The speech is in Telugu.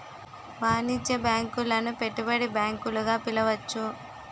వాణిజ్య బ్యాంకులను పెట్టుబడి బ్యాంకులు గా పిలవచ్చు